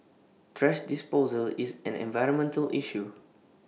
thrash disposal is an environmental issue